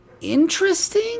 interesting